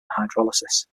hydrolysis